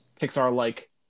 Pixar-like